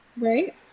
right